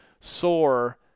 soar